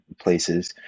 places